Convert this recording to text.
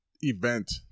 event